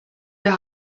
wir